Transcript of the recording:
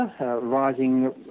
rising